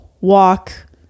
walk